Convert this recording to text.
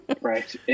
right